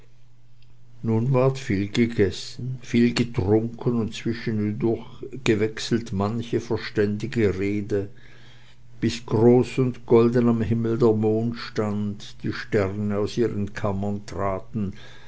nun ward viel gegessen viel getrunken und zwischendurch gewechselt manche verständige rede bis groß und golden am himmel der mond stund die sterne aus ihren kammern traten